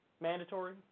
mandatory